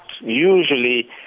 usually